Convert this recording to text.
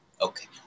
Okay